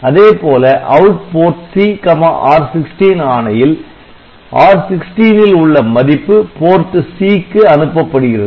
அதேபோல OUT PORTCR16 ஆணையில் R16 ல் உள்ள மதிப்பு PORT C க்கு அனுப்பப்படுகிறது